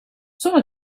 sono